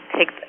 take